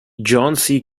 john